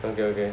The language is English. okay okay